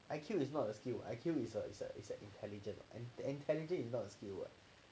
I_Q is not a skill I_Q is a is a intelligent I_Q is not a skill [what]